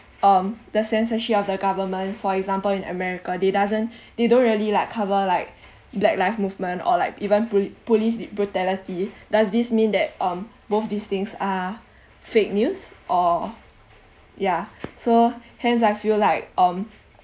um the censorship of the government for example in america they doesn't they don't really like cover like black lives movement or like even poli~ police brutality does this mean that um both these things are fake news or ya so hence I feel like um